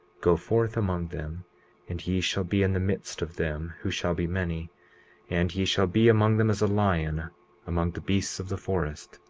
go forth among them and ye shall be in the midst of them who shall be many and ye shall be among them as a lion among the beasts of the forest,